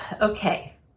Okay